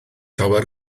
lawer